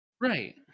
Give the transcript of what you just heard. Right